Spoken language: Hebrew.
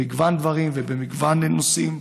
במגוון דברים ובמגוון נושאים,